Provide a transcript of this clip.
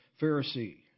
Pharisee